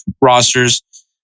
rosters